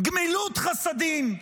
גמילות חסדים.